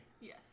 Yes